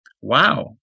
Wow